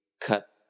cut